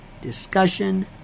discussion